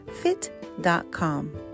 fit.com